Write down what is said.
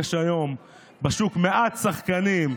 יש היום בשוק מעט שחקנים.